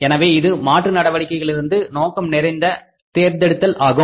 எனவே இது மாற்று நடவடிக்கைகளிலிருந்து நோக்கம் நிறைந்த தேர்ந்தெடுத்தல் ஆகும்